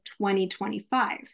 2025